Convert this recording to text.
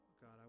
God